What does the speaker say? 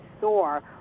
soar